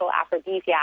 aphrodisiac